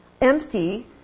empty